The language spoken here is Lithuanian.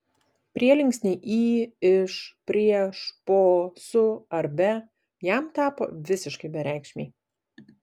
prielinksniai į iš prieš po su ar be jam tapo visiškai bereikšmiai